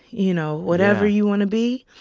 you know? whatever you want to be,